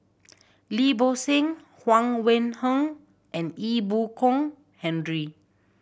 Lim Bo Seng Huang Wenhong and Ee Boon Kong Henry